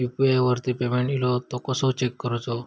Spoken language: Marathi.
यू.पी.आय वरती पेमेंट इलो तो कसो चेक करुचो?